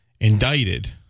indicted